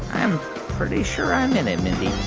i'm pretty sure i'm in it, mindy